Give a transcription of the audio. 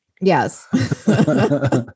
Yes